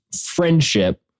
friendship